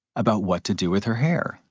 about what to do with her hair.